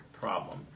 problem